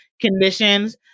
conditions